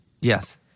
Yes